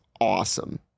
awesome